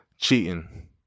Cheating